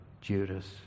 Judas